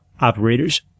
operators